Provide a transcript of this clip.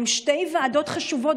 אלו שתי ועדות חשובות,